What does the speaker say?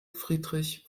friedrich